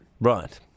Right